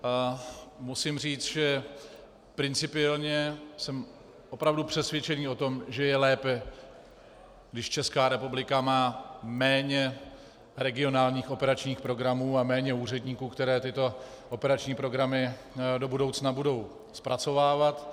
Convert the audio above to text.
A musím říct, že principiálně jsem opravdu přesvědčen o tom, že je lépe, když Česká republika má méně regionálních operačních programů a méně úředníků, kteří tyto regionální operační programy budou do budoucnosti zpracovávat.